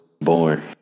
born